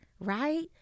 right